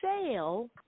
sale